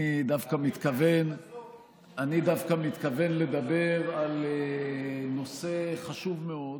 אני דווקא מתכוון לדבר על נושא חשוב מאוד,